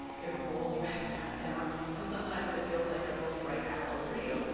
it rolls right back down, and sometimes it feels like it rolls right back over you,